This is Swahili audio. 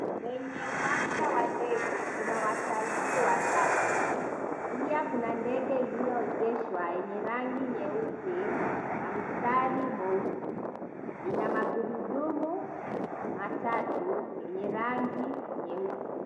Kwenye uwanja wa ndege, kuna watalii watatu. Pia kuna ndege iliyoegeshwa yenye rangi nyeupe na mstari mweusi. Ina magurudumu matatu yenye rangi nyeusi.